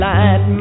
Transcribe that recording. Light